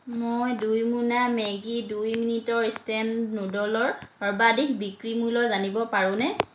মই দুই মোনা মেগী দুই মিনিটৰ ইনষ্টেণ্ট নুড'লৰ সৰ্বাধিক বিক্ৰী মূল্য জানিব পাৰোনে